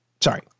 Sorry